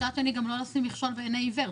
ומאידך לא לשים מכשול בפני עיוור.